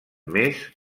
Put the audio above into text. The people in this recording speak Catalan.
més